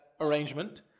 arrangement